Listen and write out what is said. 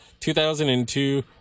2002